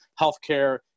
healthcare